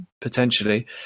potentially